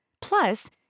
Plus